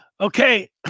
okay